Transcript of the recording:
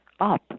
up